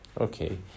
Okay